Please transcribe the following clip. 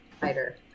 fighter